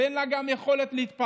ואין לה גם יכולת להתפרנס,